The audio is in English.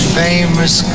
famous